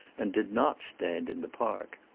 and did not stand in the park.